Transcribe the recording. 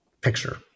picture